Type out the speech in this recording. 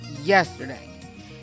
yesterday